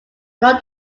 along